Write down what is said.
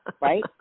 Right